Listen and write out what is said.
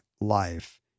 life